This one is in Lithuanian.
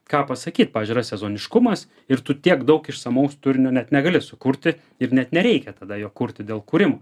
ką pasakyt pavyzdžiui yra sezoniškumas ir tu tiek daug išsamaus turinio net negali sukurti ir net nereikia tada jo kurti dėl kūrimo